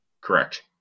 Correct